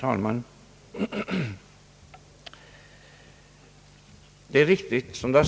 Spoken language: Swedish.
Herr talman!